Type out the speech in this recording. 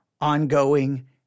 ongoing